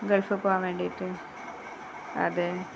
Gulf പോകാൻ വേണ്ടിയിട്ട് അതെ